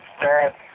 Dad